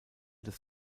des